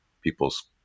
people's